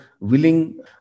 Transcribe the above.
willing